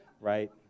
right